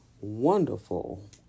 wonderful